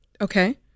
Okay